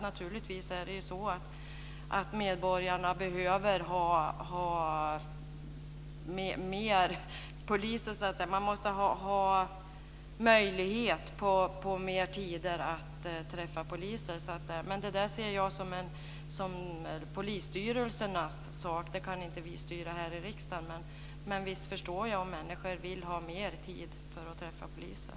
Naturligtvis är det så att medborgarna behöver ha fler poliser. Man måste ha möjlighet att träffa poliser på fler tider. Det ser jag som polisstyrelsernas sak. Det kan inte vi styra här i riksdagen. Men visst förstår jag om människor vill ha mer tid för att träffa poliser.